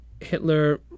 Hitler